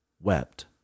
wept